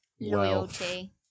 Loyalty